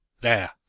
There